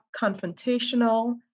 confrontational